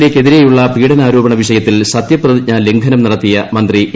A ക്കെതിരെയുള്ള പീഡനാരോപണ വിഷയത്തിൽ സത്യപ്രതിജ്ഞാ ലംഘനം നടത്തിയ എ